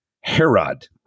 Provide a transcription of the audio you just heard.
Herod